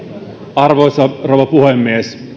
arvoisa rouva puhemies